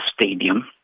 stadium